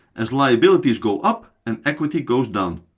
as liabilities go up and equity goes down.